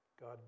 God